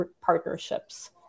partnerships